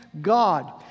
God